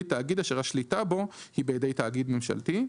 תאגיד אשר השליטה בו היא בידי תאגיד ממשלתי,